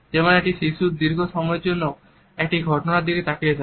যেমন একটি শিশুর দীর্ঘ সময়ের জন্য একটি ঘটনার দিকে তাকিয়ে থাকে